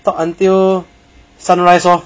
until sunrise lor